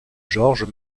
georges